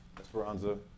Esperanza